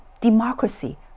democracy